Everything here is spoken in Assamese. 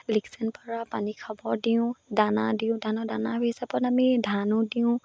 পৰা পানী খাব দিওঁ দানা দিওঁ ধানৰ দানা হিচাপত আমি ধানো দিওঁ